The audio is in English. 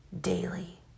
daily